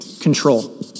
control